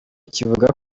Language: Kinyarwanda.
kivuga